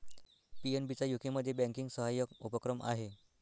PNB चा यूकेमध्ये banking सहाय्यक उपक्रम आहे